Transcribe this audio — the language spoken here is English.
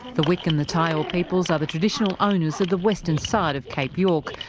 the wik and the thayorre peoples are the traditional owners of the western side of cape york.